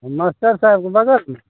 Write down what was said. master साहेबके बगलमे